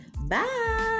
Bye